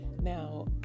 Now